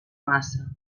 massa